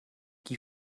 qui